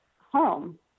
home